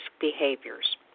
behaviors